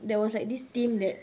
there was like this team that